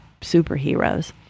superheroes